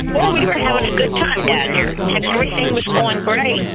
well we were having a good time down there, and everything was going great.